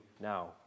now